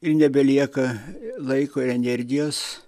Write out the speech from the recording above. ir nebelieka laiko ir energijos